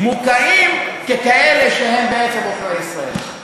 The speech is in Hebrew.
מוקעים ככאלה שהם בעצם עוכרי ישראל.